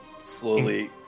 Slowly